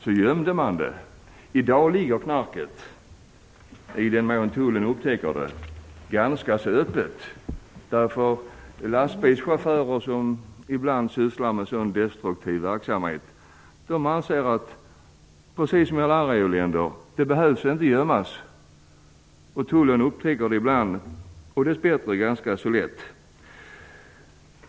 I den mån tullen upptäcker knarket ligger det i dag ganska öppet. De lastbilschaufförer som ibland sysslar med en sådan destruktiv verksamhet anser att knarket inte behöver gömmas i Sverige, precis som i alla andra EU-länder. Tullen upptäcker det ibland, dess bättre ganska lätt.